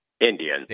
Indian